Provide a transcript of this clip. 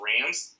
Rams